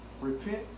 repent